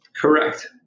Correct